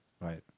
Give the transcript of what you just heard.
Right